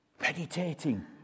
Meditating